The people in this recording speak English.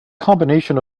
combination